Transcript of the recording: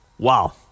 Wow